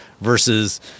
versus